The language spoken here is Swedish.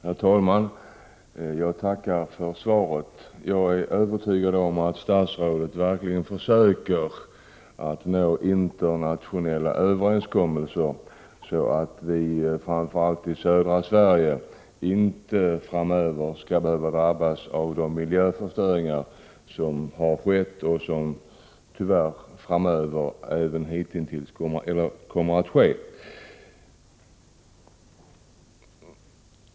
Herr talman! Jag tackar för svaret. Jag är övertygad om att statsrådet 17 november 1988 verkligen försöker att nå internationella överenskommelser så att vi, framför allt i södra Sverige, framöver inte skall behöva drabbas av de miljöförstörningar som har skett och som tyvärr även kommer att ske.